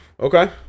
Okay